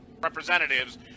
Representatives